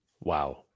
Wow